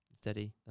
Steady